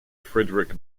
frederick